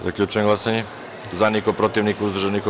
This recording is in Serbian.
Zaključujem glasanje: za – niko, protiv – niko, uzdržanih – nema.